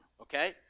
okay